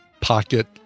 pocket